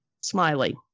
Smiley